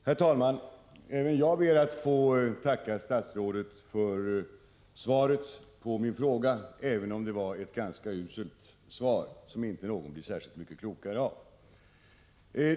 Herr talman! Även jag ber att få tacka statsrådet för svaret på min fråga — även om det var ett ganska uselt svar, som inte någon blir särskilt mycket klokare av.